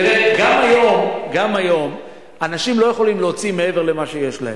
גם היום אנשים לא יכולים להוציא מעבר למה שיש להם,